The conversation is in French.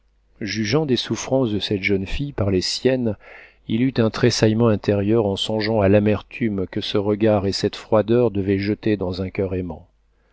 jugeant des souffrances de cette jeune fille par les siennes il eut un tressaillement intérieur en songeant à l'amertume que ce regard et cette froideur devaient jeter dans un coeur aimant